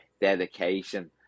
dedication